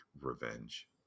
revenge